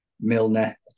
Milner